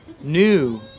new